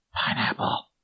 Pineapple